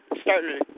starting